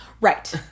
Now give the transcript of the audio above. right